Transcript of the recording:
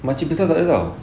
makcik kita tak ada [tau]